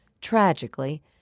Tragically